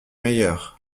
meilleurs